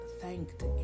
thanked